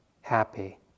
happy